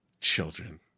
Children